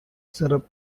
syrup